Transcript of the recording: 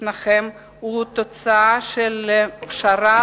לפניכם הוא תוצאה של פשרה,